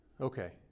Okay